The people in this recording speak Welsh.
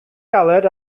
galed